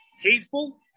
hateful